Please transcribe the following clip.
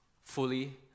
fully